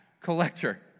collector